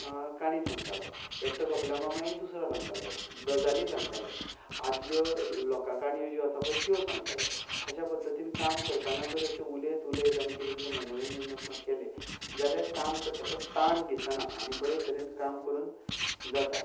काणी सांगतालो एकटो सोंपल्या मागीर दुसरो सांगतालो गजाली सांगताले आदल्यो लोकांकणयो ज्यो आसा पय त्यो सांगताल्यो अश्या पद्दतीन काम करतना जर अश्यो उलयत उलयत आनी कितें तरी मनोरंजनात्मक केले जाल्यार काम करता तो ताण दिसना आनी बरे तरेन काम करून जाता